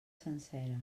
sencera